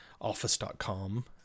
office.com